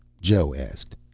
joe asked.